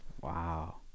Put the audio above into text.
Wow